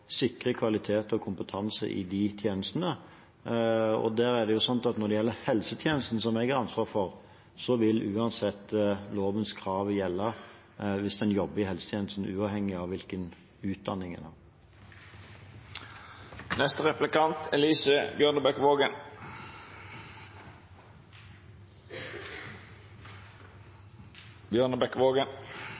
sikre kvalitet og kompetanse i de tjenestene. Når det gjelder helsetjenesten, som jeg har ansvaret for, vil uansett lovens krav gjelde hvis en jobber i helsetjenesten, uavhengig av hvilken utdanning en har.